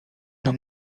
nam